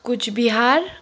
Cooch Behar